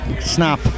snap